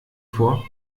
vor